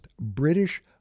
British